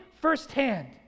firsthand